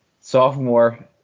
sophomore